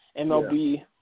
MLB